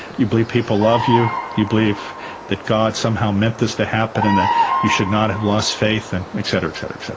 you believe people love you, you believe that god somehow meant this to happen and that you should not have lost faith and etc. so